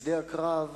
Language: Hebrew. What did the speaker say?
בשדה הקרב